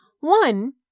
One